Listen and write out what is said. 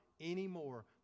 anymore